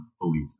believe